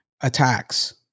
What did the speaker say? attacks